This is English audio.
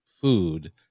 food